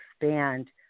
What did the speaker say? expand